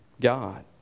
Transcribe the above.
God